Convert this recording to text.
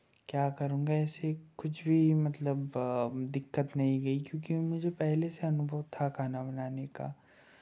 क्या करूँगा ऐसे कुछ भी मतलब दिक्कत नहीं गई क्योंकि मुझे पहले से अनुभव था खाना बनाने का